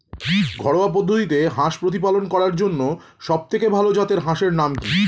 ঘরোয়া পদ্ধতিতে হাঁস প্রতিপালন করার জন্য সবথেকে ভাল জাতের হাঁসের নাম কি?